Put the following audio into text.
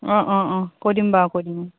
অঁ অঁ অঁ কৈ দিম বাৰু কৈ দিম